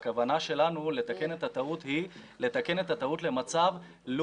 והכוונה שלנו היא לתקן את הטעות למצב לו